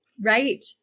Right